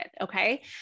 Okay